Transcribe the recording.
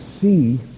see